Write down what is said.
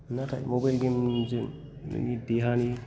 नाथाय mobile game जों नोंनि देहानि